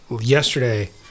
yesterday